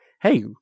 Hey